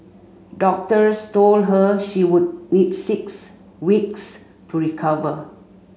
doctors told her she would need six weeks to recover